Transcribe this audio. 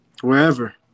Wherever